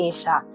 Asia